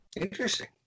interesting